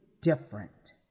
different